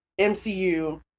MCU